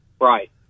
Right